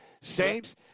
Saints